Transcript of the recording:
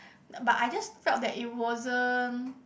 but I just felt that it wasn't